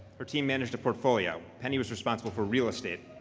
her team managed a portfolio. penny was responsible for real estate.